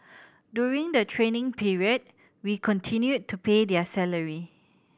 during the training period we continue to pay their salary